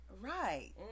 right